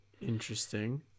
Interesting